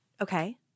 Okay